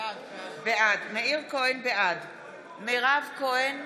בעד מירב כהן,